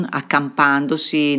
accampandosi